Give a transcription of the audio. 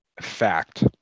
fact